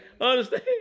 Understand